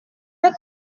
ces